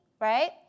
right